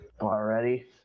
already